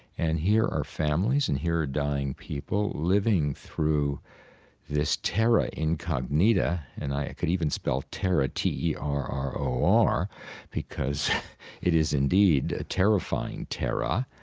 and here are families and here are dying people living through this terra incognita and i could even spell terra t e r r o r because it is indeed a terrifying terra.